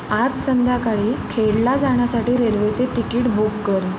आज संध्याकाळी खेडला जाण्यासाठी रेल्वेचे तिकीट बुक कर